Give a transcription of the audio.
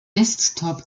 desktop